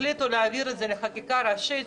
והחליטו להעביר את זה לחקיקה ראשית.